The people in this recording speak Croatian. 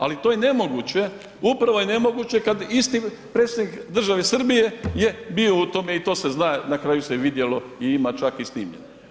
Ali to je nemoguće, upravo je nemoguće da isti predstavnik države Srbije je bio u tome i to se zna, na kraju se vidjelo i ima čak i snimljeno.